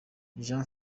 jean